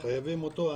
חייבים אותו.